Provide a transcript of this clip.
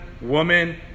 woman